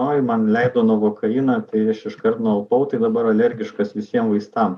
oi man leido novokainą tai aš iškart nualpau tai dabar alergiškas visiems vaistam